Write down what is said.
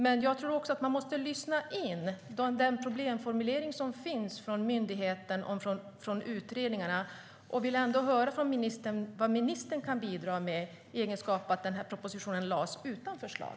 Men jag tror också att man måste lyssna in myndigheters och utredningars problemformuleringar och vill höra vad ministern kan bidra med då propositionen lades fram utan förslag.